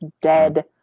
dead